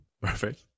perfect